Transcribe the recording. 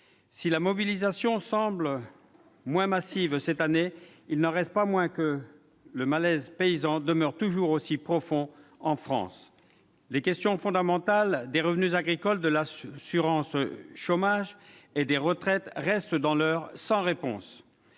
Si la mobilisation semble moins massive cette année, il n'empêche que le malaise paysan demeure toujours aussi profond en France. Les questions fondamentales des revenus agricoles, de l'assurance chômage et des retraites restent pour l'heure sans réponse.